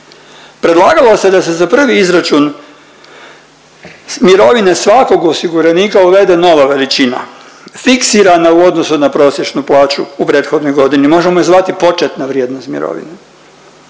Predlagalo se da se za prvi izračun mirovine svakog osiguranika uvede nova veličina fiksirana u odnosu na prosječnu plaću u prethodnoj godini, možemo je zvati početna vrijednost mirovine,